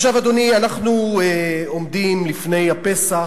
עכשיו, אדוני, אנחנו עומדים לפני הפסח.